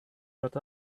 got